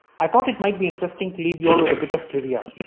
i thought it might be interesting to leave you all with a bit of trivia.